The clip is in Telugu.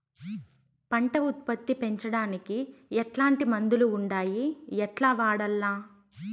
పంట ఉత్పత్తి పెంచడానికి ఎట్లాంటి మందులు ఉండాయి ఎట్లా వాడల్ల?